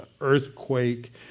earthquake